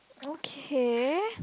okay